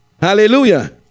hallelujah